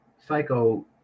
psycho